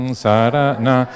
sarana